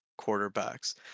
quarterbacks